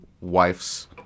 wife's